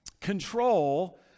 Control